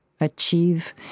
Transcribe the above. achieve